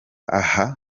aha